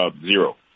Zero